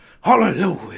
Hallelujah